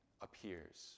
appears